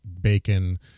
bacon